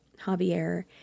Javier